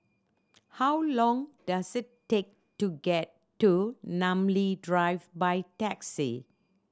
how long does it take to get to Namly Drive by taxi